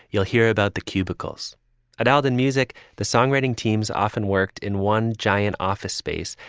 you'll hear about the cubicles at aldin music the songwriting teams often worked in one giant office space,